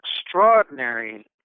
extraordinary